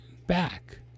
back